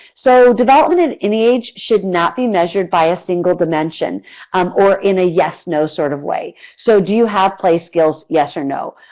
so development in any age should not be measured by a single dimension um or in a yes no sort of way. so do you have play skills? yes or no?